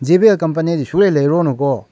J B L ꯀꯝꯄꯅꯤꯗꯤ ꯁꯨꯛꯂꯩ ꯂꯩꯔꯣꯅꯨꯀꯣ